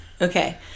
Okay